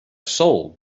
sold